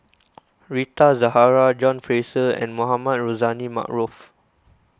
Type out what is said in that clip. Rita Zahara John Fraser and Mohamed Rozani Maarof